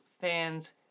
fans